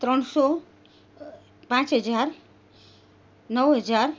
ત્રણસો પાંચ હજાર નવ હજાર